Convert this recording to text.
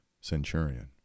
centurion